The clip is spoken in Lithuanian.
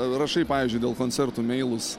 rašai pavyzdžiui dėl koncertų meilūs